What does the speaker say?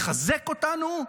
מחזק אותנו.